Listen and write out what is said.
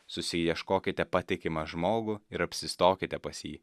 susiieškokite patikimą žmogų ir apsistokite pas jį